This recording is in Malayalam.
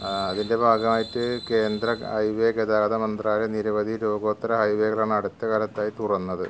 അതിന്റെ ഭാഗമായിട്ട് കേന്ദ്ര ഹൈവേ ഗതാഗത മന്ത്രാലയം നിരവധി ലോകോത്തര ഹൈവേകൾ അടുത്തകാലത്തായി തുറന്നത്